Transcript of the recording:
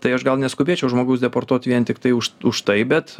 tai aš gal neskubėčiau žmogus deportuot vien tiktai už už tai bet